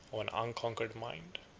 an unconquered mind.